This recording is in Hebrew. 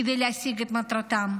כדי להשיג את מטרתם,